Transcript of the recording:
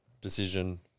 Decision